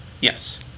Yes